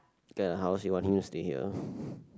the how she wants you to hear